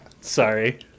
sorry